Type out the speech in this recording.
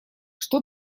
что